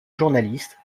journaliste